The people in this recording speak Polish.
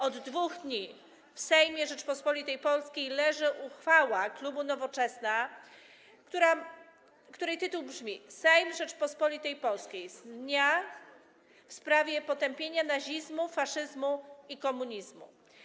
Od 2 dni w Sejmie Rzeczypospolitej Polskiej leży uchwała klubu Nowoczesna, której tytuł brzmi: Sejm Rzeczypospolitej Polskiej w sprawie potępienia nazizmu, faszyzmu i komunizmu.